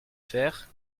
faire